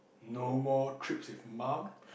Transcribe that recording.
no more trips with mum